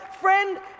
friend